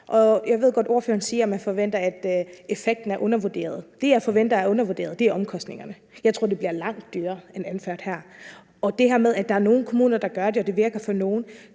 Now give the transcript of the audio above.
af. Jeg ved godt, at ordføreren siger, man forventer, at effekten er undervurderet. Det, jeg forventer er undervurderet, er omkostningerne. Jeg tror, det bliver langt dyrere end anført. Til det her med, at der er nogle kommuner, der gør det, og at det virker for nogle,